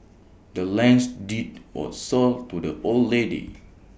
the land's deed was sold to the old lady